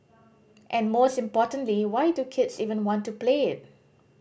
and most importantly why do kids even want to play it